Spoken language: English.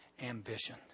ambition